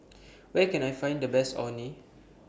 Where Can I Find The Best Orh Nee